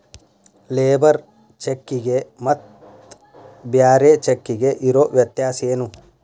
Labour ಚೆಕ್ಕಿಗೆ ಮತ್ತ್ ಬ್ಯಾರೆ ಚೆಕ್ಕಿಗೆ ಇರೊ ವ್ಯತ್ಯಾಸೇನು?